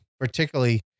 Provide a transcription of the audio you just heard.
particularly